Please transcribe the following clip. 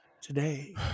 Today